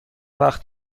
وقت